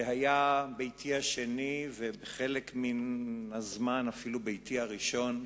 שהיה ביתי השני, וחלק מן הזמן אפילו ביתי הראשון,